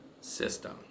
system